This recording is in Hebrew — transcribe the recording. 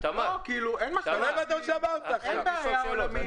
--- אין בעיה עולמית.